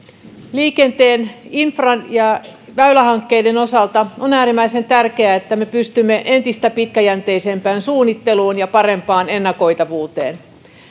liikenteen infran ja väylähankkeiden osalta on äärimmäisen tärkeää että me pystymme entistä pitkäjänteisempään suunnitteluun ja parempaan ennakoitavuuteen